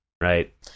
Right